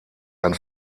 ein